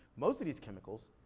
most of these chemicals,